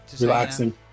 relaxing